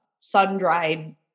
sun-dried